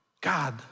God